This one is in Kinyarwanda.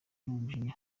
n’umujinya